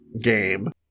game